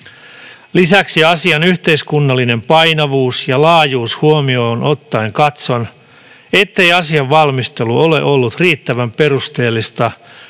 Lisäksi asian yhteiskunnallisen painavuuden ja laajuuden huomioon ottaen katson, ettei asian valmistelu ole ollut riittävän perusteellista